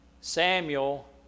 Samuel